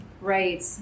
Right